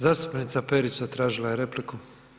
Zastupnica Perić, zatražila je repliku.